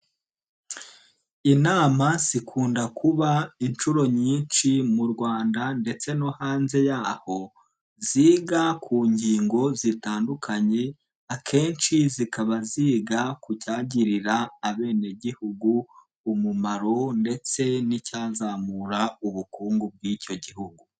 Inama zikunda kuba inshuro nyinshi mu Rwanda ndetse no hanze y'aho, ziga ku ngingo zitandukanye akenshi zikaba ziga ku cyagirira abene gihugu umumaro ndetse n'icyazamura ubukungu bw'icyo gihugu.